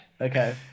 Okay